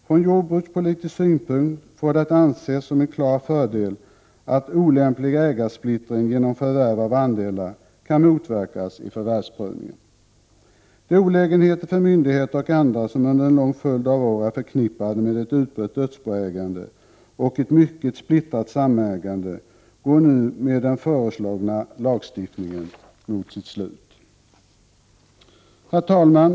Från jordbrukspolitisk synpunkt får det anses som en klar fördel att olämplig ägarsplittring genom förvärv av andelar kan motverkas i förvärvsprövningen. De olägenheter för myndigheter och andra som under en lång följd av år är förknippade med ett utbrett dödsboägande och ett mycket splittrat samägande går nu med den föreslagna lagstiftningen mot sitt slut. Herr talman!